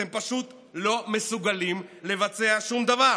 אתם פשוט לא מסוגלים לבצע שום דבר,